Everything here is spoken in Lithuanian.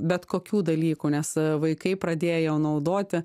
bet kokių dalykų nes vaikai pradėjo naudoti